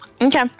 Okay